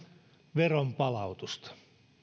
veron palautusta